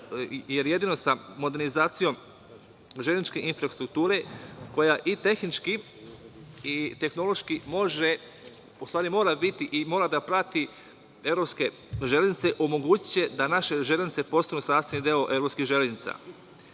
jer jedino sa modernizacijom železničke infrastrukture, koja i tehnički i tehnološki mora biti i mora da prati evropske železnice, omogućiće da naše železnice postanu sastavni deo evropskih železnica. Srpske